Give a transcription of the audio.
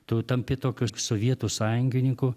tu tampi tokiu sovietų sąjungininku